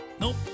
nope